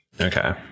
Okay